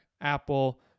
Apple